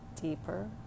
deeper